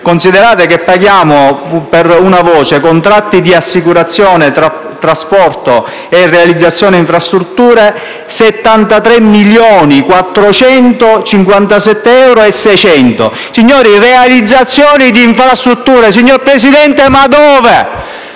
Considerate che, solo per la voce «Contratti di assicurazione, trasporto e realizzazione infrastrutture» paghiamo 73.457.600 euro. Signori: realizzazione di infrastrutture! Signor Presidente, ma dove?